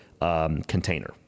container